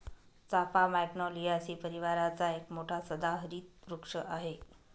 चाफा मॅग्नोलियासी परिवाराचा एक मोठा सदाहरित वृक्ष आहे